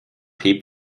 hebt